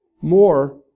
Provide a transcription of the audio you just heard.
more